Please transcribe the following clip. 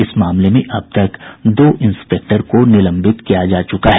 इस मामले में अब तक दो इंस्पेक्टर को निलम्बित किया जा चुका है